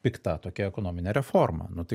pikta tokia ekonomine reforma nu tai